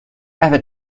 ever